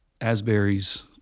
Asbury's